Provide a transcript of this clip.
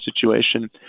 situation